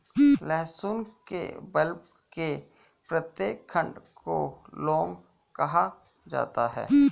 लहसुन के बल्ब के प्रत्येक खंड को लौंग कहा जाता है